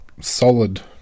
solid